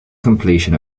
completion